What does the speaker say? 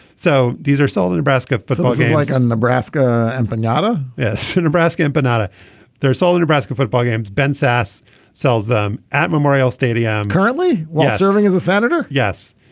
so these are sold in nebraska like nebraska and banana. yes in nebraska and banana there's all the nebraska football games. ben sasse sells them at memorial stadium currently serving as a senator yes